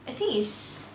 I think it's